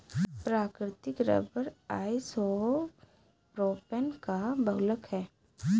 प्राकृतिक rubber isopropene का बहुलक है